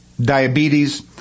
diabetes